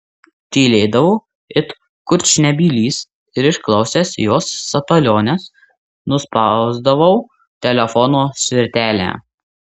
tylėdavau it kurčnebylis ir išklausęs jos sapaliones nuspausdavau telefono svirtelę